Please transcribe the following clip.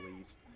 East